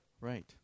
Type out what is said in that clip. Right